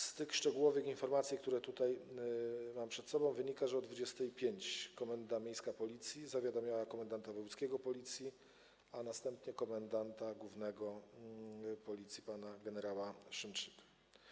Z tych szczegółowych informacji, które tutaj mam przed sobą, wynika, że o godz. 20.05 komenda miejska Policji zawiadomiła komendanta wojewódzkiego Policji, a następnie komendanta głównego Policji pana gen. Szymczyka.